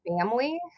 family